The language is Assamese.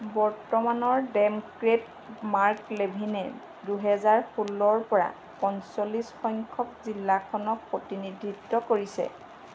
বৰ্তমানৰ ডেম'ক্ৰেট মাৰ্ক লেভিনে দুহেজাৰ ষোল্লৰ পৰা পঞ্চল্লিছ সংখ্যক জিলাখনক প্ৰতিনিধিত্ব কৰিছে